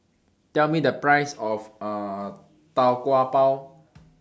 Tell Me The Price of Tau Kwa Pau